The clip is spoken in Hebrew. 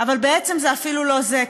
אבל בעצם זה אפילו לא זה.